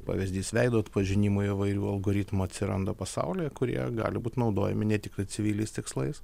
pavyzdys veido atpažinimo įvairių algoritmų atsiranda pasaulyje kurie gali būt naudojami ne tiktai civiliniais tikslais